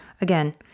again